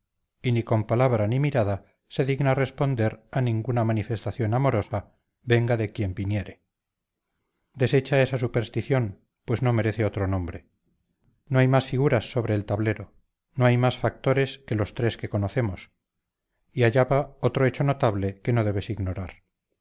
y ni con palabra ni mirada se digna responder a ninguna manifestación amorosa venga de quien viniere desecha esa superstición pues no merece otro nombre no hay más figuras sobre el tablero no hay más factores que los tres que conocemos y allá va otro hecho notable que no debes ignorar